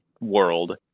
world